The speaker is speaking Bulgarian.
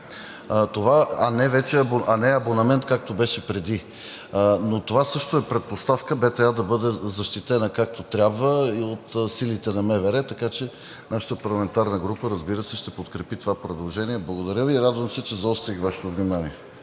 а не абонамент, както беше преди. Но това също е предпоставка БТА да бъде защитена както трябва и от силите на МВР, така че нашата парламентарна група, разбира се, ще подкрепи това предложение. Благодаря Ви. Радвам се, че изострих Вашето внимание.